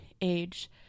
age